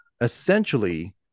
Essentially